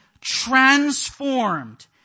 transformed